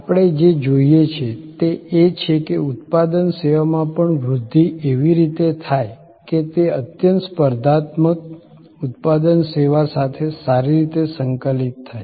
આપણે જે જોઈએ છે તે એ છે કે ઉત્પાદન સેવા માં પણ વૃદ્ધિ એવી રીતે થાય કે તે અત્યંત સ્પર્ધાત્મક ઉત્પાદન સેવા સાથે સારી રીતે સંકલિત થાય